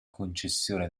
concessione